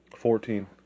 Fourteen